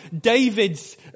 David's